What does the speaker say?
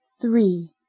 Three